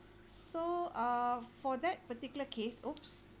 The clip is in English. so uh for that particular case !oops!